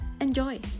Enjoy